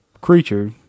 creature